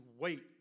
wait